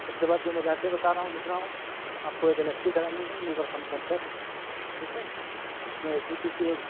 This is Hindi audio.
उसके बाद जो मैं जाँचे बता रहा हूँ लिख रहा हूँ आपको एक एल एफ टी करानी है लीवर फंक्शन टेस्ट ठीक है उसमें एस जी पी टी एक